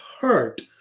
hurt